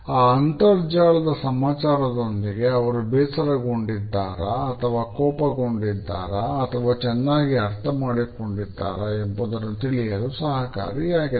ಆ ಅಂತರ್ಜಾಲದ ಸಮಾಚಾರದೊಂದಿಗೆ ಅವರು ಬೇಸರಗೊಂಡಿದ್ದಾರಾ ಅಥವಾ ಕೋಪಗೊಂಡಿದ್ದಾರಾ ಅಥವಾ ಚೆನ್ನಾಗಿ ಅರ್ಥ ಮಾಡಿಕೊಂಡಿದ್ದಾರೆ ಎಂಬುದನ್ನು ತಿಳಿಯಲು ಸಹಕಾರಿಯಾಗಿದೆ